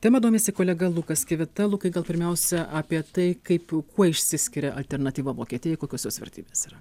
tema domisi kolega lukas kivita lukai gal pirmiausia apie tai kaip kuo išsiskiria alternatyva vokietijai kokios jos vertybės yra